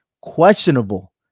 Questionable